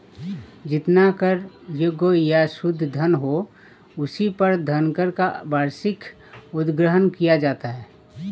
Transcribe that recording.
जितना कर योग्य या शुद्ध धन हो, उसी पर धनकर का वार्षिक उद्ग्रहण किया जाता है